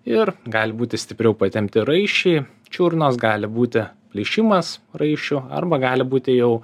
ir gali būti stipriau patempti raiščiai čiurnos gali būti plyšimas raiščių arba gali būti jau